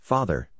Father